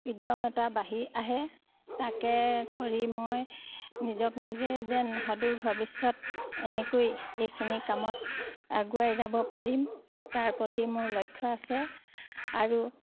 উদ্যম এটা বাঢ়ি আহে তাকে কৰি মই নিজক নিজে যেন সদূৰ ভৱিষ্যত এনেকৈ এইখিনি কামত আগুৱাই যাব পাৰিম তাৰ প্ৰতি মোৰ লক্ষ্য আছে আৰু